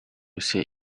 sit